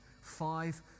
five